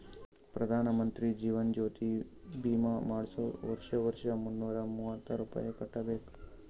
ಪ್ರಧಾನ್ ಮಂತ್ರಿ ಜೀವನ್ ಜ್ಯೋತಿ ಭೀಮಾ ಮಾಡ್ಸುರ್ ವರ್ಷಾ ವರ್ಷಾ ಮುನ್ನೂರ ಮೂವತ್ತ ರುಪಾಯಿ ಕಟ್ಬಬೇಕ್